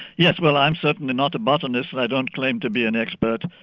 yes, well, i'm certainly not a botanist and i don't claim to be an expert,